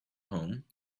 home